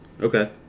Okay